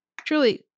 truly